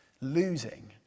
losing